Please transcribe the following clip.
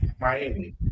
Miami